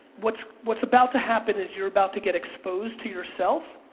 what's what's about to happen is you're about to get exposed to yourself,